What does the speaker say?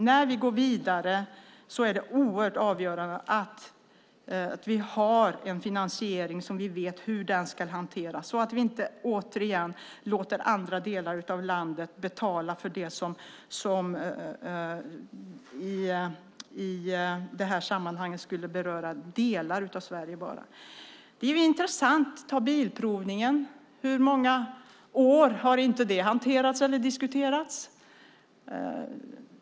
När vi går vidare är det avgörande att vi har en finansiering som vi vet hur den ska hanteras, så att vi inte återigen låter andra delar av landet betala för det som i detta sammanhang skulle beröra bara delar av Sverige. Man kan ta bilprovningen som exempel. Hur många år har inte den hanterats och diskuterats?